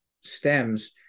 stems